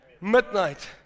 midnight